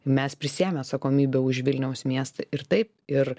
mes prisiėmę atsakomybę už vilniaus miestą ir taip ir